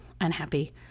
unhappy